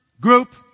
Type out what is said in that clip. group